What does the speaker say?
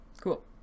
cool